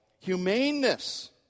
humaneness